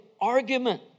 argument